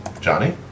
Johnny